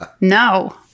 no